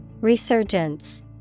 Resurgence